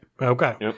Okay